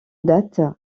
date